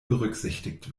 berücksichtigt